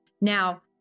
Now